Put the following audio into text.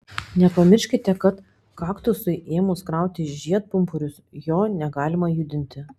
nepamirškite kad kaktusui ėmus krauti žiedpumpurius jo negalima judinti